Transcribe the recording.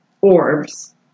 orbs